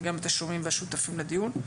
את השומעים ואת השותפים לדיון.